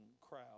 crowd